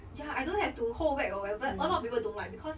ya I don't have to hold back or whatever a lot of people don't like because